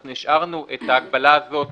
אנחנו השארנו את ההגבלה הזאת